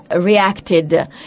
reacted